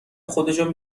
خودشو